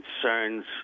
concerns